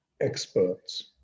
experts